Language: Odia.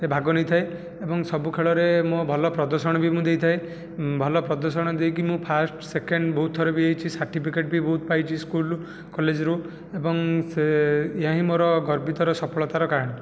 ରେ ଭାଗ ନେଇଥାଏ ଏବଂ ସବୁ ଖେଳରେ ମୁଁ ଭଲ ପ୍ରଦର୍ଶଣ ବି ମୁଁ ଦେଇଥାଏ ଭଲ ପ୍ରଦର୍ଶନ ଦେଇକି ମୁଁ ଫାଷ୍ଟ ସେକେଣ୍ଡ ବହୁତ ଥର ବି ହେଇଛି ସାର୍ଟିଫିକେଟ ବି ବହୁତ ପାଇଛି ସ୍କୁଲରୁ କଲେଜରୁ ଏବଂ ସେ ଏହା ହିଁ ମୋର ଗର୍ବିତର ସଫଳତାର କାହାଣୀ